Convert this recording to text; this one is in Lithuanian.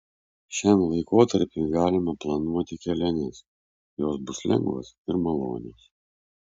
šiam laikotarpiui galima planuoti keliones jos bus lengvos ir malonios